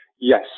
Yes